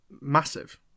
Massive